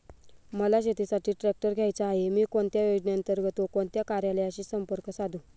मला शेतीसाठी ट्रॅक्टर घ्यायचा आहे, मी कोणत्या योजने अंतर्गत व कोणत्या कार्यालयाशी संपर्क साधू?